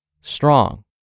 strong